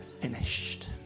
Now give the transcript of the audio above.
finished